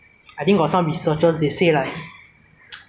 keep on like keep on coming ah and coming into attack a human